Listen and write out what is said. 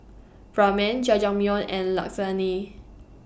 Ramen Jajangmyeon and Lasagne